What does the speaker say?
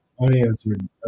unanswered